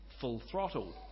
full-throttle